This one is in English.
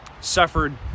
suffered